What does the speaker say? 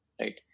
Right